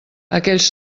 aquells